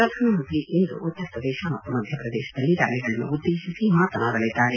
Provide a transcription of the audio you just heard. ಪ್ರಧಾನ ಮಂತ್ರಿ ಇಂದು ಉತ್ತರ ಪ್ರದೇಶ ಮತ್ತು ಮಧ್ಯಪ್ರದೇಶದಲ್ಲಿ ರಾಲಿಗಳನ್ನು ಉದ್ದೇಶಿಸಿ ಮಾತನಾಡಲಿದ್ದಾರೆ